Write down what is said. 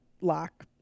lock